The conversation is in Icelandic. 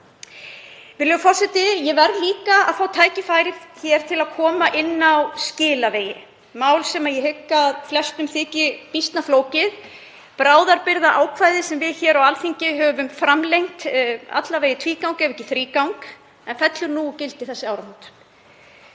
Virðulegur forseti. Ég verð líka að fá tækifæri til að koma inn á skilavegi, mál sem ég hygg að flestum þyki býsna flókið. Bráðabirgðaákvæðið sem við hér á Alþingi höfum framlengt alla vega í tvígang, ef ekki þrígang, fellur úr gildi um þessi áramót.